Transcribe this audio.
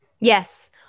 Yes